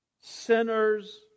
sinners